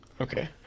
Okay